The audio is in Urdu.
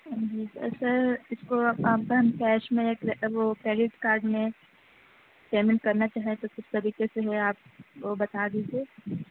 جی سر سر اس کو آپ کیش میں وہ کریڈٹ کاڈ میں پیمنٹ کرنا چاہے تو کس طریقے سے ہے آپ وہ بتا دیجیے